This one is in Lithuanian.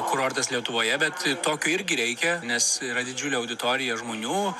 kurortas lietuvoje bet tokio irgi reikia nes yra didžiulė auditorija žmonių